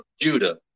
Judah